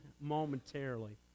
momentarily